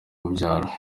ubyara